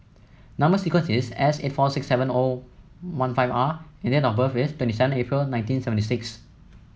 number sequence is S eight four six seven O one five R and date of birth is twenty seven April nineteen seventy six